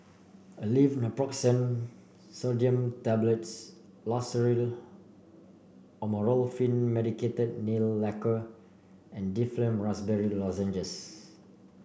Aleve Naproxen Sodium Tablets Loceryl Amorolfine Medicated Nail Lacquer and Difflam Raspberry Lozenges